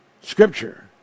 scripture